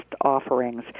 offerings